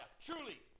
Truly